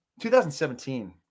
2017